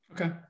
Okay